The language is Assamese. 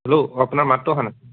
হেল্ল' আপোনাৰ মাতটো অহা নাই